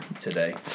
today